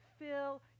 Fill